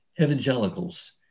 evangelicals